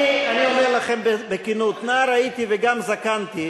אני אומר לכם בכנות, נער הייתי וגם זקנתי,